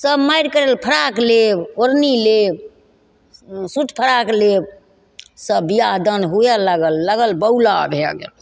सभ मारि करै ले फ्रॉक लेब ओढ़नी लेब सूट फ्रॉक लेब सभ बिआह दान हुए लागल लागल बौला भै गेलहुँ